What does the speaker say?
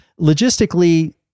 Logistically